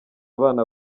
abana